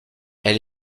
elle